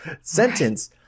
sentence